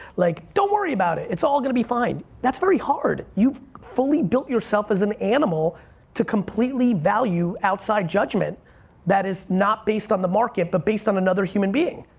like don't worry about it, it's all gonna be fine. that's very hard, you've fully built yourself as an animal to completely value outside judgment that is not based on the market but based on another human being.